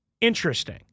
interesting